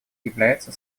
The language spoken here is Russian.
является